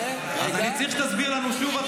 אני צריך שתסביר לנו שוב.